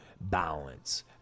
balance